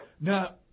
Now